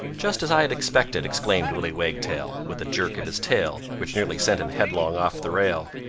just as i had expected! exclaimed willy wagtail, with a jerk of his tail which nearly sent him headlong off the rail.